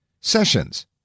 Sessions